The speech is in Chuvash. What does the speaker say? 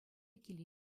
киле